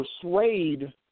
persuade